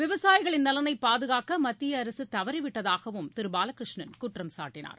விவசாயிகளின் நலனைபாதுகாக்கமத்தியஅரசுதவறிவிட்டதாகவும் திருபாலகிருஷ்ணன் குற்றம்சாட்டினார்